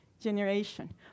generation